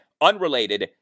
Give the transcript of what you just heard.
unrelated